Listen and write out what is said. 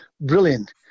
brilliant